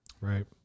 Right